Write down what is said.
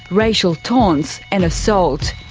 racial taunts and assaults.